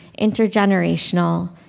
intergenerational